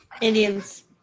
Indians